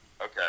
Okay